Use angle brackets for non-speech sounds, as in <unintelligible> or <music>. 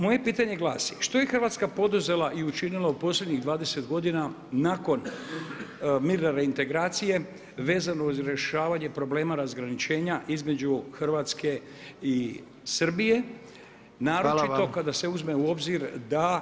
Moje pitanje glasi, što je Hrvatska poduzela i učinila u posljednjih 20 g. nakon … <unintelligible> integracije, vezano uz rješavanje problema razgraničenja između Hrvatske i Srbije, naročito kada se uzme u obzir da.